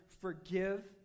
forgive